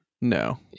No